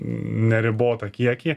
neribotą kiekį